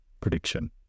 prediction